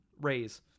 raise